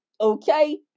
Okay